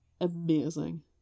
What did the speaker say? amazing